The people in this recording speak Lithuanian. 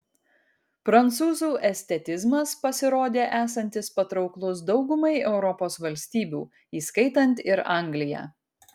prancūzų estetizmas pasirodė esantis patrauklus daugumai europos valstybių įskaitant ir angliją